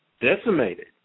decimated